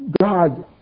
God